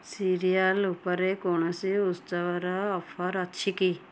serial ଉପରେ କୌଣସି ଉତ୍ସବର ଅଫର୍ ଅଛି କି